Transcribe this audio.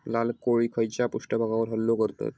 लाल कोळी खैच्या पृष्ठभागावर हल्लो करतत?